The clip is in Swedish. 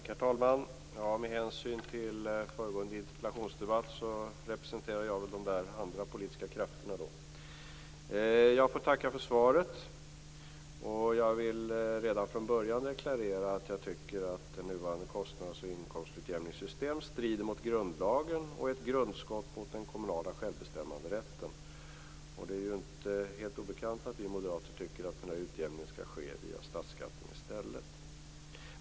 Herr talman! Med hänsyn till föregående interpellationsdebatt, representerar jag väl de där andra politikerkrafterna. Jag får tacka för svaret. Jag vill redan från början deklarera att jag tycker att det nuvarande kostnads och inkomstutjämningssystemet strider mot grundlagen och är ett grundskott mot den kommunala självbestämmanderätten. Det är inte helt obekant att vi moderater tycker att utjämningen skall ske via statsskatten i stället.